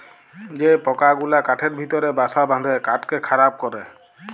যে পকা গুলা কাঠের ভিতরে বাসা বাঁধে কাঠকে খারাপ ক্যরে